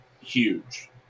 huge